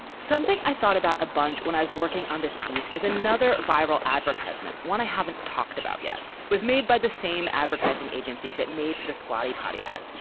something i thought about a bunch when i was working on this piece is another viral advertisment, one i haven't talked about yet was made by the same advertising agency that made the squatty potty ad.